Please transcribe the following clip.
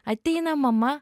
ateina mama